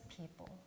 people